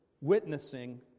witnessing